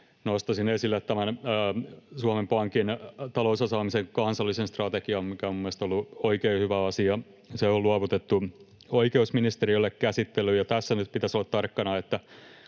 nostaisin esille Suomen Pankin talousosaamisen kansallisen strategian, mikä on mielestäni ollut oikein hyvä asia. Se on luovutettu oikeusministeriölle käsittelyyn, ja tässä nyt pitäisi olla tarkkana,